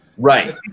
Right